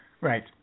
Right